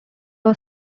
law